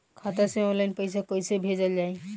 खाता से ऑनलाइन पैसा कईसे भेजल जाई?